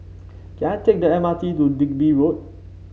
can I take the M R T to Digby Road